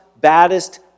baddest